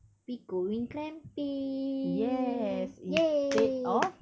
we going glamping !yay!